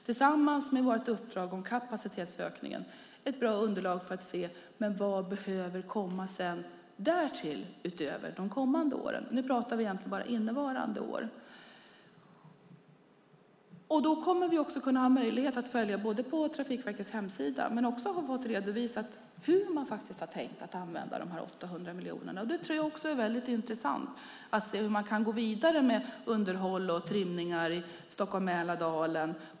Tillsammans med vårt uppdrag om kapacitetsökningen är det ett bra underlag för att se vad som behöver komma till utöver detta under de kommande åren. Nu pratar vi egentligen bara innevarande år. Då kommer vi också att ha möjlighet att följa, både på Trafikverkets hemsida och genom att få det redovisat, hur man faktiskt har tänkt använda dessa 800 miljoner. Det tror jag också är väldigt intressant, att se hur man kan gå vidare med underhåll och trimningar i Stockholm och Mälardalen.